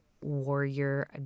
warrior